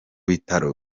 bitaro